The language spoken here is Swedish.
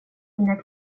dina